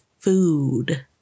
Food